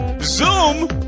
zoom